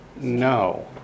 No